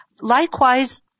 Likewise